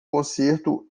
concerto